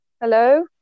Hello